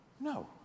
No